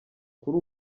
kuri